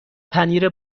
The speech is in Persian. پنیر